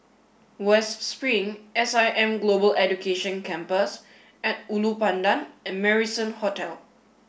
West Spring S I M Global Education Campus at Ulu Pandan and Marrison Hotel